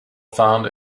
found